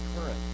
current